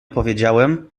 powiedziałem